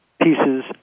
pieces